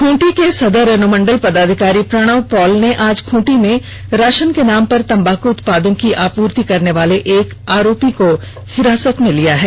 खूंटी के सदर अनुमंडल पदाधिकारी प्रणव पाल ने आज खूंटी में राषन के नाम पर तम्बाक उत्पादों की आपूर्ति करने वाले एक आरोपी को हिरासत में लिया है